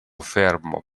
fermo